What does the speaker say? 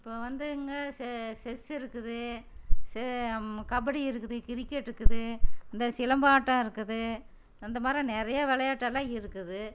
இப்போவந்துங்க செ செஸ் இருக்குது செ கபடி இருக்குது கிரிக்கெட்டுருக்குது இந்த சிலம்பாட்டம் இருக்குது அந்த மாரி நிறையா விளையாட்டெல்லாம் இருக்குது